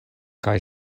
kaj